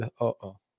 uh-oh